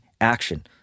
action